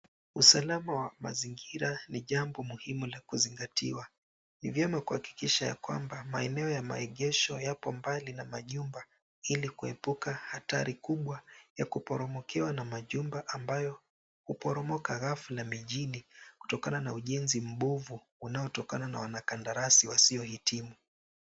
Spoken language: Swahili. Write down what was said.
Usalama wa mazingira ni jambo muhimu la kuzingatiwa. Ni vyema kuhakikisha kwamba maeneo ya maegesho yapo mbali na majumba ili kuepuka hatari kubwa ya kuporomokewa na majumba ambayo huporomoka ghafla mijini kutokana na ujenzi mbovu unaotokana na wanakandarasi wasiohitimu.